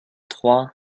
trois